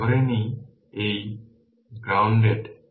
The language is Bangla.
যদি ধরে নিই এই গ্রাউন্ডেড